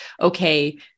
okay